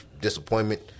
disappointment